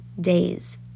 days